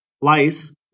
Lice